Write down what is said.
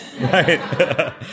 Right